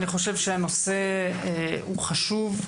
אני חושב שהנושא הוא חשוב,